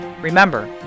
Remember